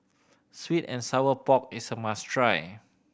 sweet and sour pork is a must try